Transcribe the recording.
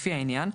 לפי העניין,